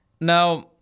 Now